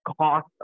cost